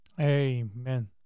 Amen